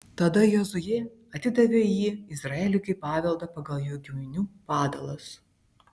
tada jozuė atidavė jį izraeliui kaip paveldą pagal jų giminių padalas